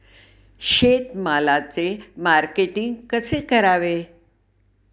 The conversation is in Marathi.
शेतमालाचे मार्केटिंग कसे करावे?